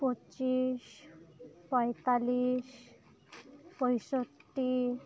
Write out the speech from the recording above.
ᱯᱚᱸᱪᱤᱥ ᱯᱚᱸᱭᱛᱟᱞᱞᱤᱥ ᱯᱚᱸᱭᱥᱚᱴᱴᱤ